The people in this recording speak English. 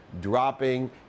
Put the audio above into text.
dropping